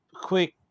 quick